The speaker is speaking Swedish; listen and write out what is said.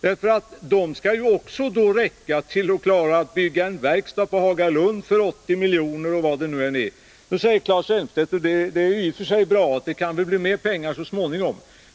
Dessa pengar skall ju också räcka till att bygga en verkstad i Hagalund för 80 milj.kr. — och vad det nu än är. Nu säger Claes Elmstedt — och det är i och för sig bra — att det kan väl bli mer pengar så småningom.